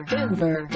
Denver